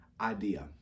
idea